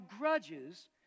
grudges